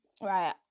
right